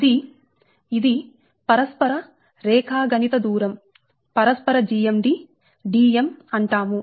ఇది ఇది పరస్పర రేఖా గణిత దూరం పరస్పర GMD Dm అంటాము